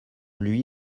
lui